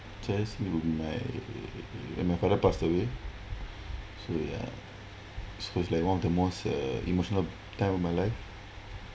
saddest scene would be my when my father passed away so ya so it's like one of the most uh emotional time of my life